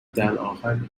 درآخر